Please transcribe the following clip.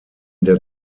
der